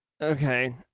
Okay